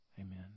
Amen